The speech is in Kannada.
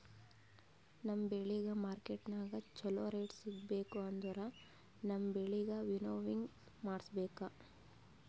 ನಮ್ ಬೆಳಿಗ್ ಮಾರ್ಕೆಟನಾಗ್ ಚೋಲೊ ರೇಟ್ ಸಿಗ್ಬೇಕು ಅಂದುರ್ ನಮ್ ಬೆಳಿಗ್ ವಿಂನೋವಿಂಗ್ ಮಾಡಿಸ್ಬೇಕ್